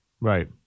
Right